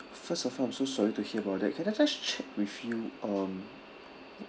first of all I'm so sorry to hear about that can I just check with you um